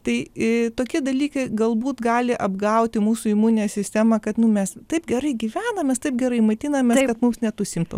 tai tokie dalykai galbūt gali apgauti mūsų imuninę sistemą kad nu mes taip gerai gyvenam mes taip gerai maitinamės kad mums net tų simptomų